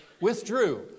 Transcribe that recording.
withdrew